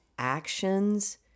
Actions